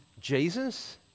Jesus